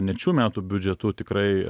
net šių metų biudžetu tikrai